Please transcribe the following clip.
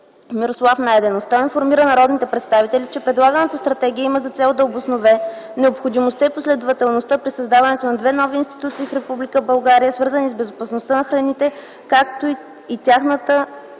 Мирослав Найденов. Той информира народните представители, че предлаганата стратегия има за цел да обоснове необходимостта и последователността при създаването на две нови институции в Република България, свързани с безопасността на храните, както и тяхната